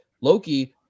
Loki